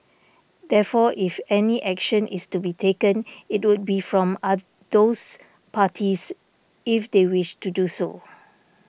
therefore if any action is to be taken it would be from other those parties if they wish to do so